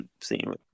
seeing